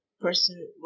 person